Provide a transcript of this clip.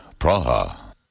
Praha